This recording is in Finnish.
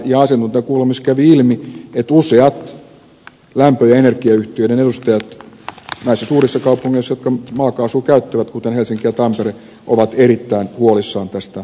ja asiantuntijakuulemisessa kävi ilmi että useat lämpö ja energiayhtiöiden edustajat näissä suurissa kaupungeissa jotka maakaasua käyttävät kuten helsinki ja tampere ovat erittäin huolissaan tästä tilanteesta